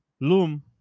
Loom